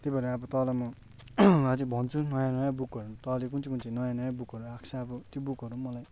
त्यही भएर अब तपाईँलाई म अझै भन्छु नयाँ नयाँ बुकहरू तपाईँले कुन चाहिँ कुन चाहिँ नयाँ नयाँ बुकहरू आएको छ अब त्यो बुकहरू पनि मलाई